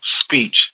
speech